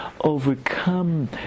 overcome